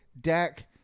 Dak